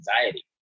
anxiety